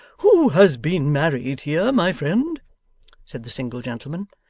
who has been married here, my friend said the single gentleman.